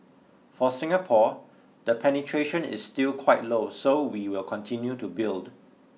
for Singapore the penetration is still quite low so we will continue to build